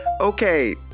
Okay